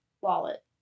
wallet